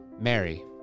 Mary